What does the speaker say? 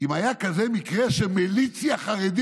אם היה מקרה כזה של מיליציה חרדית